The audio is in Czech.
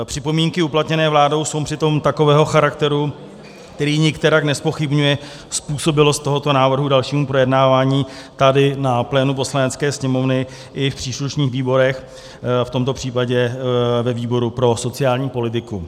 Připomínky uplatněné vládou jsou přitom takového charakteru, který nikterak nezpochybňuje způsobilost tohoto návrhu k dalšímu projednávání tady na plénu Poslanecké sněmovny i v příslušných výborech, v tomto případě ve výboru pro sociální politiku.